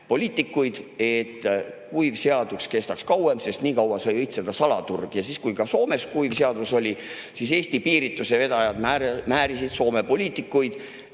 et kuiv seadus kestaks kauem, sest nii kaua sai õitseda salaturg. Ja kui ka Soomes kuiv seadus oli, siis Eesti piiritusevedajad määrisid Soome poliitikuid,